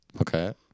Okay